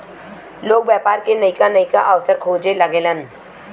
लोग व्यापार के नइका नइका अवसर खोजे लगेलन